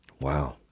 Wow